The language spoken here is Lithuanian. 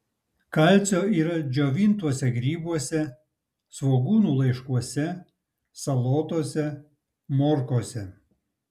kalcio yra džiovintuose grybuose svogūnų laiškuose salotose morkose